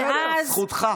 בסדר, זכותך.